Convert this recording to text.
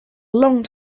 long